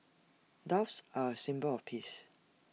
doves are A symbol of peace